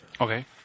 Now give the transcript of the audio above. okay